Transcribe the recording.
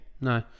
no